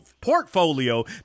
portfolio